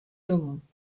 domů